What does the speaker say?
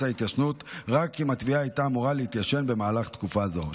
ההתיישנות רק אם התביעה הייתה אמורה להתיישן במהלך תקופה זו.